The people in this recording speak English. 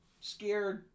scared